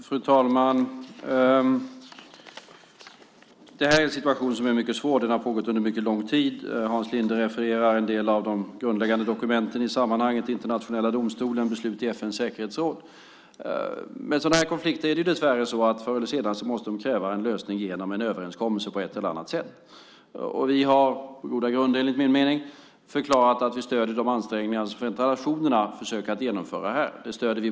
Fru talman! Det här är en situation som är mycket svår. Den har pågått under mycket lång tid. Hans Linde refererar till en del av de grundläggande dokumenten i sammanhanget, internationella domstolen och beslut i FN:s säkerhetsråd. Med sådana här konflikter är det dess värre så att förr eller senare kräver de en lösning genom en överenskommelse på ett eller annat sätt. Vi har på goda grunder, enligt min mening, förklarat att vi stöder de ansträngningar som Förenta nationerna försöker att genomföra här.